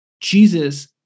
Jesus